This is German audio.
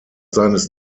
seines